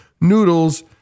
noodles